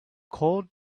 cold